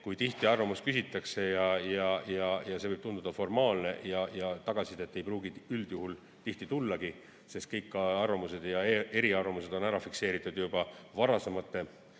nii, et arvamust küsitakse ja see võib tunduda formaalne ja tagasisidet ei pruugi tihti tullagi, sest kõik arvamused ja eriarvamused on ära fikseeritud juba varasemate